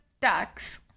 tax